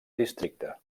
districte